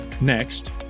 Next